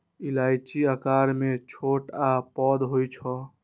इलायची आकार मे छोट आ पैघ होइ छै